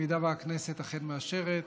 אם הכנסת אכן מאשרת,